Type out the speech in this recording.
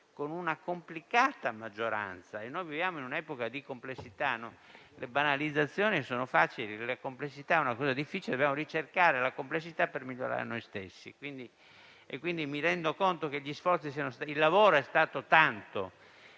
con una complicata maggioranza. Viviamo in un'epoca di complessità: le banalizzazioni sono facili, mentre le complessità sono difficili, e dobbiamo ricercare la complessità per migliorare noi stessi. Mi rendo conto che il lavoro è stato tanto.